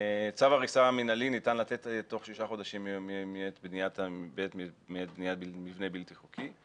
צו הריסה מנהלי ניתן לתת בתוך שישה חודשים מעת בניית מבנה בלתי חוקי.